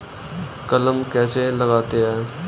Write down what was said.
कलम कैसे लगाते हैं?